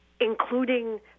including